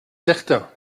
certain